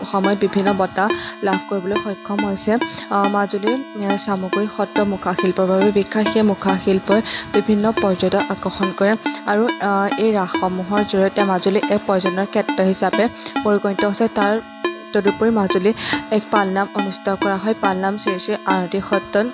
সময়ত বিভিন্ন বঁটা লাভ কৰিবলৈ সক্ষম হৈছে মাজুলীৰ চামগুৰি সত্ৰ মুখা শিল্পৰ বাবে বিখ্যাত সেই মুখা শিল্পই বিভিন্ন পৰ্যটক আকৰ্ষণ কৰে আৰু এই ৰাসসমূহৰ জৰিয়তে মাজুলী এক পৰ্যন্তৰ ক্ষেত্ৰ হিচাপে পৰিগণিত হৈছে তাৰ তদুপৰি মাজুলী এক পাল নাম অনুষ্ঠিত কৰা হয় পাল নাম শ্ৰী শ্ৰী আউনীআটী সত্ৰত